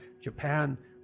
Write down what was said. Japan